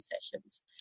sessions